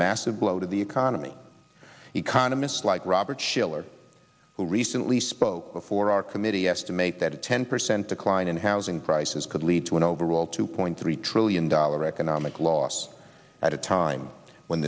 massive blow to the economy economists like robert shiller who recently spoke before our committee estimate that a ten percent decline in housing prices could lead to an overall two point three trillion dollar economic loss at a time when